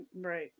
right